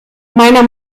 meiner